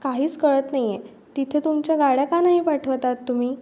काहीच कळत नाही आहे तिथे तुमच्या गाड्या का नाही पाठवत आहात तुम्ही